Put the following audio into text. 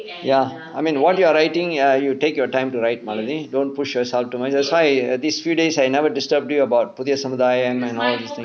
ya I mean what you are writing ya you take your time to write melody don't push yourself too much that's why err these few days I never disturb you about Puthiya Samudhayam samuthaayam and all these things